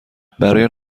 برای